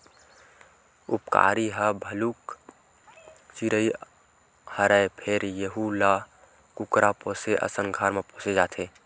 उपकारी ह भलुक चिरई हरय फेर यहूं ल कुकरा पोसे असन घर म पोसे जाथे